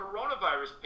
coronavirus